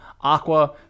Aqua